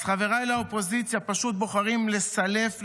אז חבריי לאופוזיציה פשוט בוחרים לסלף,